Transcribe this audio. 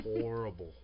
horrible